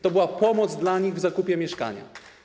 To była pomoc dla nich w zakupie mieszkania.